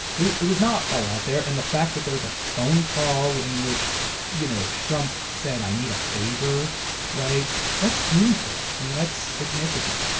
it it was not all out there and the fact that there was a phone call in which you know trump said i need a favor right that's meaningful and that's significant.